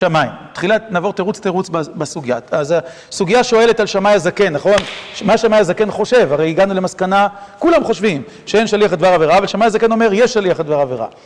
תחילה - נעבור תירוץ-תירוץ בסוגיה. אז הסוגיה שואלת על שמאי הזקן, נכון? מה שמאי הזקן חושב. הרי הגענו למסקנה - כולם חושבים שאין שליח לדבר עבירה, ושמאי הזקן אומר: יש שליח לדבר עבירה.